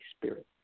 spirit